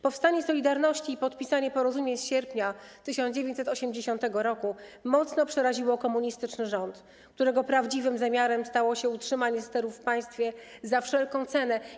Powstanie „Solidarności” i podpisanie porozumień z sierpnia 1980 r. mocno przeraziło komunistyczny rząd, którego prawdziwym zamiarem stało się utrzymanie sterów w państwie za wszelką cenę.